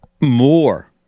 more